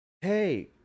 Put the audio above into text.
hey